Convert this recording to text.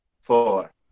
four